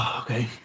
okay